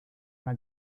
una